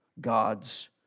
God's